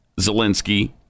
Zelensky